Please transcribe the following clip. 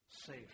safe